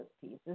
pieces